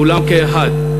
כולם כאחד,